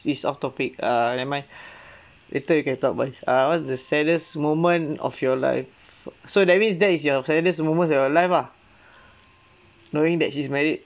this is off topic err never mind later you can talk about this err what is the saddest moment of your life so so that means that is your saddest moment of your life lah knowing that she's married